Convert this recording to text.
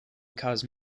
cause